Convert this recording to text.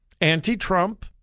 anti-Trump